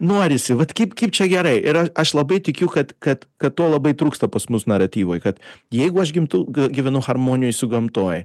norisi vat kaip kaip čia gerai ir aš labai tikiu kad kad kad to labai trūksta pas mus naratyvoj kad jeigu aš gimtu gy gyvenu harmonijoj su gamtoj